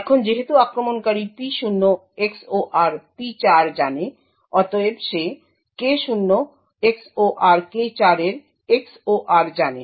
এখন যেহেতু আক্রমণকারী P0 XOR P4 জানে অতএব সে K0 XOR K4 এর XOR জানে